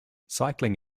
cycling